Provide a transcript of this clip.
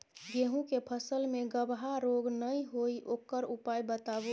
गेहूँ के फसल मे गबहा रोग नय होय ओकर उपाय बताबू?